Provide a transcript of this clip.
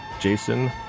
Jason